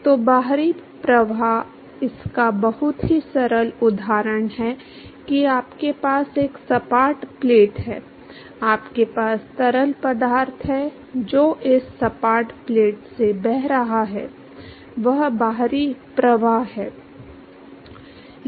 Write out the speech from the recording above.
तो बाहरी प्रवाह इसका बहुत ही सरल उदाहरण है कि आपके पास एक सपाट प्लेट है आपके पास तरल पदार्थ है जो इस सपाट प्लेट से बह रहा है वह बाहरी प्रवाह है